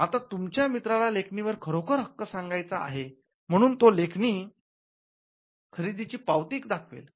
आता तुमच्या मित्राला लेखणीवर खरोखर हक्क सांगायचा आहे म्हणून तो लेखनी खरेदीची पावती दाखवेल